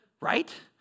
right